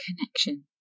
connection